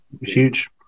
huge